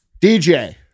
dj